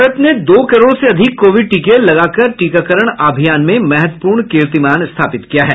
भारत ने दो करोड़ से अधिक कोविड टीके लगाकर टीकाकरण अभियान में महत्वपूर्ण कीर्तिमान स्थापित किया है